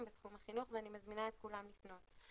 בתחום החינוך ואני מזמינה את כולם לפנות.